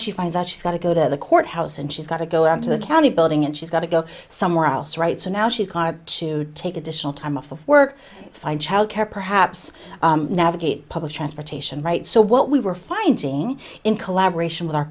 she finds out she's got to go to the court house and she's got to go out to the county building and she's got to go somewhere else right so now she's got to take additional time off of work find childcare perhaps navigate public transportation right so what we were finding in collaboration with our